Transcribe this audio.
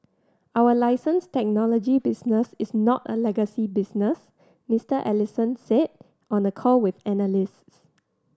our license technology business is not a legacy business Mister Ellison said on a call with analysts